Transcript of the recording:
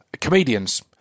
comedians